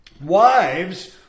Wives